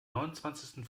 neunundzwanzigsten